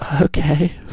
Okay